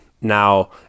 Now